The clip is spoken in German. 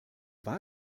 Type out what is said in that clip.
war